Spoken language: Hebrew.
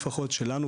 שלנו,